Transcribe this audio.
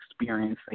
experiencing